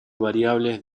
variables